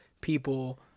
people